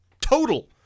total